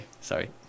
sorry